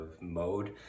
mode